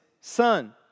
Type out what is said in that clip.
Son